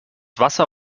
wasser